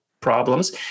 problems